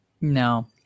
No